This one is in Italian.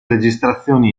registrazioni